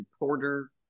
reporter